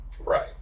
Right